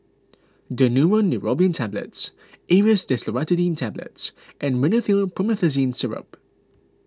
Daneuron Neurobion Tablets Aerius DesloratadineTablets and Rhinathiol Promethazine Syrup